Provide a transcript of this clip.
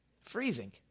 Freezing